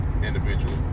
individual